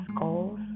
goals